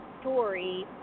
story